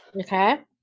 Okay